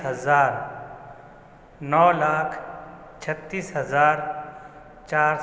جو کہ ہے ہم اگتپوری کہتے ہیں یہاں کے آس پاس میں بارش کی دنوں میں